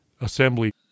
assembly